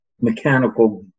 mechanical